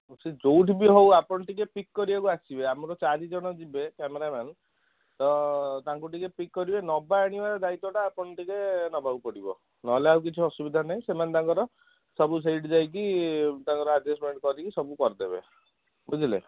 ସେ ଯେଉଁଠି ବି ହେଉ ଆପଣ ଟିକେ ପିକ୍ କରିବାକୁ ଆସିବେ ଆମର ଚାରି ଜଣ ଯିବେ କ୍ୟାମେରା ମ୍ୟାନ୍ ତ ତାଙ୍କୁ ଟିକେ ପିକ୍ କରିବା ନେବା ଆଣିବା ପାଇଁ ଦାୟିତ୍ୱଟା ଆପଣ ଟିକେ ନେବାକୁ ପଡ଼ିବ ନହେଲେ ଆଉ କିଛି ଅସୁବିଧା ନାହିଁ ସେମାନେ ତାଙ୍କର ସବୁ ସେଇଠି ଯାଇକି ତାଙ୍କର ଆଡ଼୍ଜଷ୍ଟମେଣ୍ଟ କରିକି ସବୁ କରିଦେବେ ବୁଝିଲେ